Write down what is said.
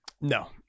no